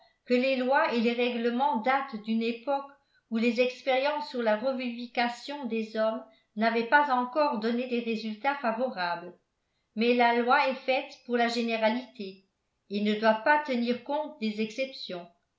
que les lois et les règlements datent d'une époque où les expériences sur la revivification des hommes n'avaient pas encore donné des résultats favorables mais la loi est faite pour la généralité et ne doit pas tenir compte des exceptions